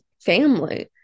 family